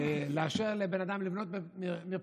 לאשר לבן אדם לבנות מרפסת,